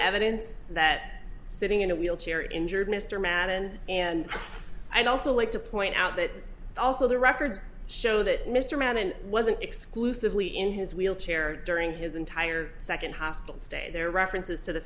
evidence that sitting in a wheelchair injured mr madden and i'd also like to point out that also the records show that mr mann and wasn't exclusively in his wheelchair during his entire second hospital stay there are references to the